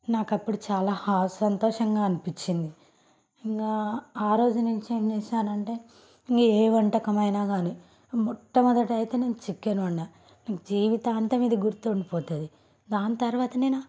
నాకు అప్పుడు చాలా సంతోషంగా అనిపించింది ఇంక ఆ రోజు నుంచి ఏం చేసానంటే ఏ వంటకం అయినా కానీ మొట్టమొదట అయితే నేను చికెన్ వండాను జీవితాంతం ఇది గుర్తుండిపోతుంది దాని తర్వాత నాక్